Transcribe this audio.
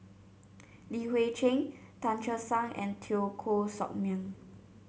Li Hui Cheng Tan Che Sang and Teo Koh Sock Miang